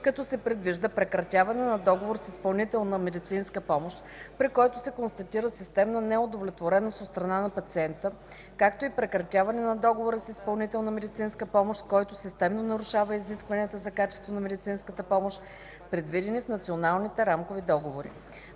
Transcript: като се предвижда прекратяване на договор с изпълнител на медицинска помощ, при който се констатира системна неудовлетвореност от страна на пациента, както и прекратяване на договора с изпълнител на медицинска помощ, който системно нарушава изискванията за качество на медицинската помощ, предвидени в националните рамкови договори.